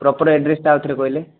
proper ଆଡ୍ରେସଟା ଆଉଥରେ କହିଲେ